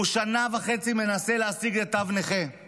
הוא מנסה להשיג תו נכה שנה וחצי.